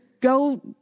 go